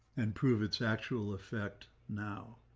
and prove its actual effect now.